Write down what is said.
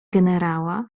generała